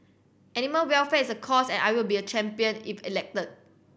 animal welfare is a cause and I will be a champion if elected